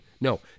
No